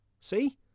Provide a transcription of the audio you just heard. See